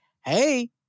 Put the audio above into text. Hey